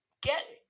Get